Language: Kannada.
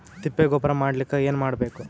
ತಿಪ್ಪೆ ಗೊಬ್ಬರ ಮಾಡಲಿಕ ಏನ್ ಮಾಡಬೇಕು?